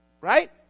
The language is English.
Right